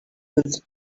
with